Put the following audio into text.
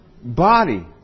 body